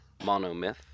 monomyth